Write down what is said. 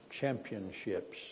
championships